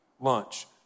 lunch